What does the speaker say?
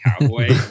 cowboy